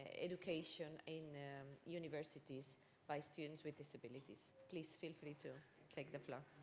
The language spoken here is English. education in universities by students with disabilities. please, feel free to take the floor.